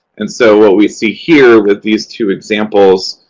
and so what we see here with these two examples,